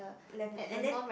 left hand and then